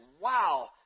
wow